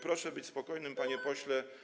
Proszę być spokojnym, panie pośle.